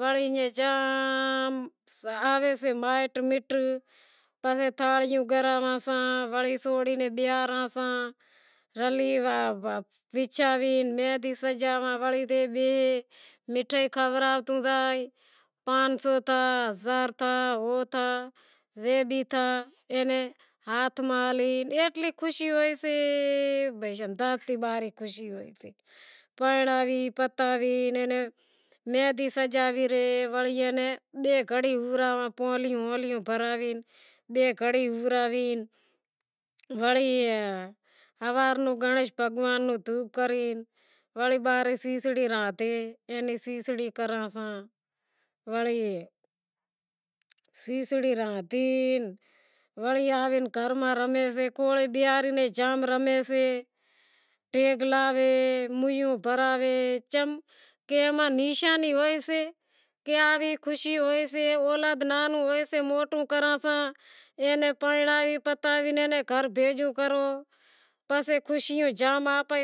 وڑی ایئں جاں آوے سے مٹ مائیٹ وڑی رلی وچھاوی میندی سجاواں وڑی ایئں مٹھائی کھوراشوں زائے، پانس سو تھا ہزار تھا ہو تھا ایک اینے ہاتھ میں لا ایتلی خوشی ہوشے کہ میندی سجاوی وڑی ای ناں بئے کڑی پہراہوی وڑی ہوارا نوں گنڑیش بھگوان نو دھوپ کرے وڑی کیچڑی رادھے وری کھیسڑی کھاوراڑاں وڑی کھیسڑی ردھی وڑی آوی گھر میں رمی سے دیگ لاہے موویوں بھرائے ، کے ناں خوشی ہوئی سے اولاد ننہو ہوئیسے موٹو کراں اینا پرنڑاوی پسے گھر بھیگو کراں،